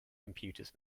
computers